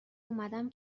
اومدم